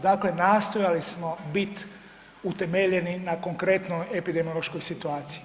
Dakle, nastojali smo biti utemeljeni na konkretnoj epidemiološkoj situaciji.